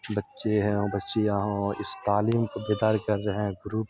بچے ہیں اور بچیاں ہوں اس تعلیم کو بیدار کر رہے ہیں گروپ